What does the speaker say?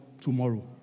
tomorrow